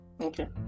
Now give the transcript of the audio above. Okay